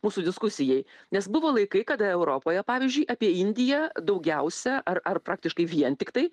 mūsų diskusijai nes buvo laikai kada europoje pavyzdžiui apie indiją daugiausia ar ar praktiškai vien tiktai